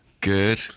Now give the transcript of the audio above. good